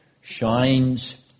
shines